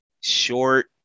short